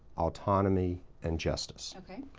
autonomy and justice.